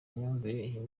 myumvire